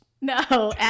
No